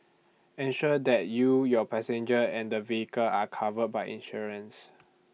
ensure that you your passengers and the vehicle are covered by insurance